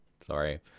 sorry